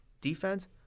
Defense